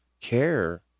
care